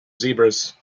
zebras